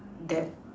that